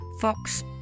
Fox